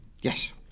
Yes